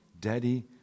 Daddy